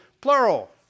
plural